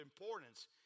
importance